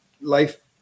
life